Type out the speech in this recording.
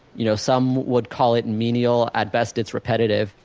you know some would call it menial. at best, it's repetitive,